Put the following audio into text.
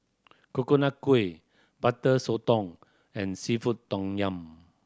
Coconut Kuih Butter Sotong and seafood tom yum